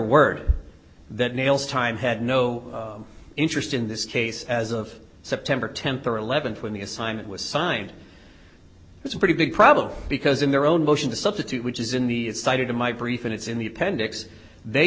word that nails time had no interest in this case as of september tenth or eleventh when the assignment was signed it's a pretty big problem because in their own motion to substitute which is in the cited in my brief and it's in the appendix they